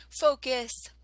focus